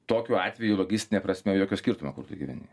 tokiu atveju logistine prasme jokio skirtumo kur tu gyveni